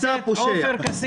אתה פושע.